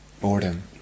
boredom